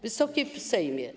Wysoki Sejmie!